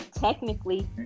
technically